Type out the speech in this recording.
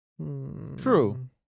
True